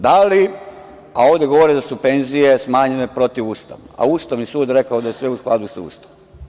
Da li, a ovde govori da su penzije smanjene protivustavno, a Ustavni sud je rekao da je sve u skladu sa Ustavom.